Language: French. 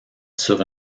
sur